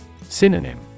Synonym